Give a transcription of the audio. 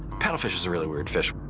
paddlefish is a really weird fish.